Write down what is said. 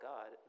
God